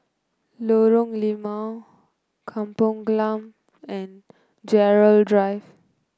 Lorong Limau Kampong Glam and Gerald Drive